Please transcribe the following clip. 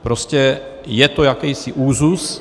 Prostě je to jakýsi úzus.